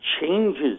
changes